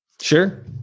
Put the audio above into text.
Sure